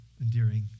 endearing